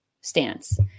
stance